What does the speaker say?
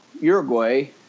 uruguay